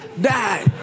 die